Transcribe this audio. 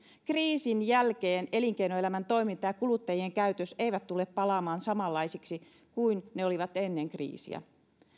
kriisin jälkeen elinkeinoelämän toiminta ja kuluttajien käytös eivät tule palaamaan samanlaisiksi kuin ne olivat ennen kriisiä